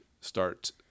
start